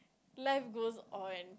life goes on